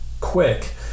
quick